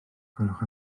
gwelwch